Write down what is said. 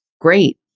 great